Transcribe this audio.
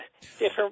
different